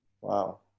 Wow